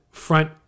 Front